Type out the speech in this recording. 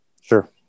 Sure